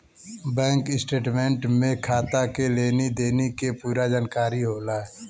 bank statement में खाता के लेनी देनी के पूरा जानकारी होला